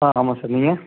ஆ ஆமாம் சார் நீங்கள்